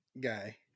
guy